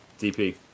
DP